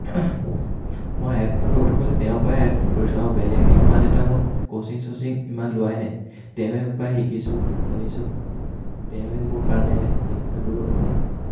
মই আয়ত্ব কৰিব গ'লে তেওঁৰ পৰাই আয়ত্ব কৰিছোঁ আৰু বেলেগ ইমান এটা মই ক'চিং চচিং ইমান লোৱাই নাই তেওঁৰ পৰাই শিকিছোঁ মেলিছোঁ তেৱেঁই মোৰ কাৰণে শিক্ষাগুৰু আৰু